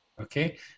okay